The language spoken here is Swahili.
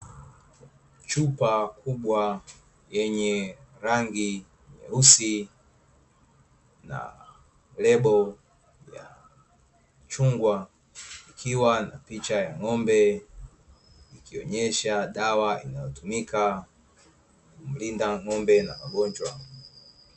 Chupa kubwa yenye rangi nyeusi na lebo ya chungwa ikiwa na picha ya ng'ombe ikionyesha dawa inayotumika kumlinda ng'ombe na magonjwa.